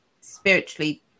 spiritually